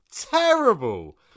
terrible